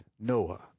Noah